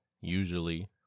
usually